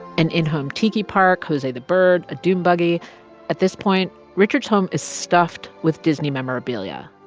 an in-home tiki park, jose the bird, a dune buggy at this point, richard's home is stuffed with disney memorabilia.